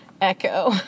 echo